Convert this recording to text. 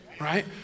right